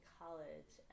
college